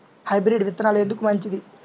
Hybrid విత్తనాలు ఎందుకు మంచిది?